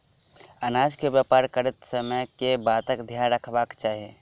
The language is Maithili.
अनाज केँ व्यापार करैत समय केँ बातक ध्यान रखबाक चाहि?